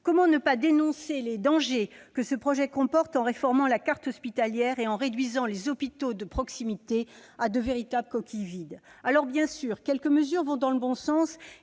Comment ne pas dénoncer les dangers que ce projet comporte en réformant la carte hospitalière et en réduisant les hôpitaux de proximité à de véritables coquilles vides ? Alors, bien sûr, quelques mesures vont dans le bon sens,